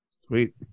Sweet